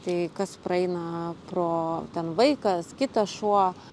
tai kas praeina pro ten vaikas kitas šuo